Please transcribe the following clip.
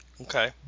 Okay